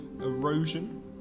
erosion